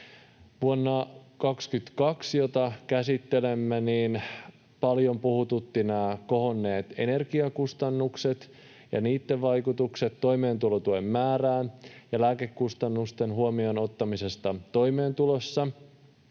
Vuonna 22, jota käsittelemme, paljon puhututtivat kohonneet energiakustannukset ja niitten vaikutukset toimeentulotuen määrään ja lääkekustannusten huomioon ottaminen toimeentulossa.